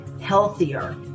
healthier